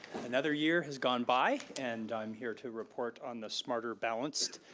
another year has gone by and i'm here to report on the smarter balanced